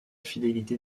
fidélité